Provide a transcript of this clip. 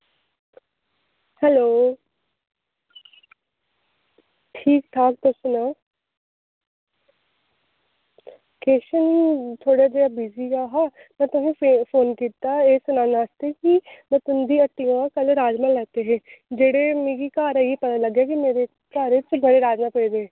hello ठीक ठाक तुस सनाओ किश निं थोह्ड़े जेहा बिजी गै हा में तुसेंगी फोन कीता एह् सनाने आस्तै कि में तुं'दी हट्टी दा कल राजमाह् लैते हे जेह्ड़े मिगी घर आइयै पता लग्गेआ कि मेरे घर इत्थें बड़े राजमाह् पेदे हे